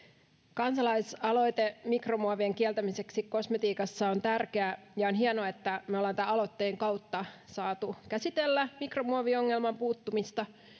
kansalaisaloite mikromuovien kieltämiseksi kosmetiikassa on tärkeä ja on hienoa että me olemme tämän aloitteen kautta saaneet käsitellä mikromuoviongelmaan puuttumista